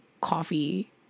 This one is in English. coffee